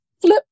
Flip